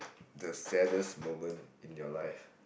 the saddest moment in your life